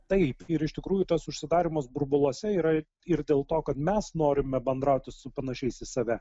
taip ir iš tikrųjų tas užsidarymas burbuluose yra ir dėl to kad mes norime bendrauti su panašiais į save